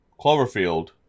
Cloverfield